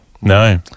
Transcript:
No